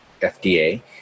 FDA